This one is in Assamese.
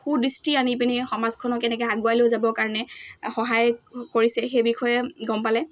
সু দৃষ্টি আনি পিনি সমাজখনক কেনেকৈ আগুৱাই লৈ যাবৰ কাৰণে সহায় কৰিছে সেই বিষয়ে গম পালে